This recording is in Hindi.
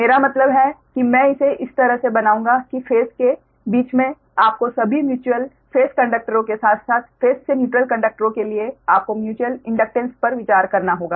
मेरा मतलब है कि मैं इसे इस तरह से बनाऊंगा कि फेस के बीच में आपको सभी म्युचुअल फेस कंडक्टरों के साथ साथ फेस से न्यूट्रल कंडक्टरों के लिए आपको म्यूचुअल इंडक्टेंस पर विचार करना होगा